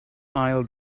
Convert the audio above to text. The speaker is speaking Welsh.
ail